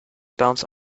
bounce